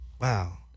Wow